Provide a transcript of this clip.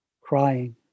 Crying